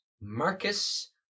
Marcus